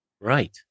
right